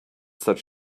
such